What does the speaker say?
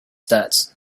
that